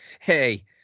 hey